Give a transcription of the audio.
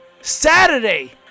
Saturday